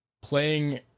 playing